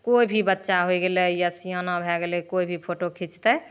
केओ भी बच्चा होए गेलै या सिआना भए गेलै केओ भी फोटो खीचतै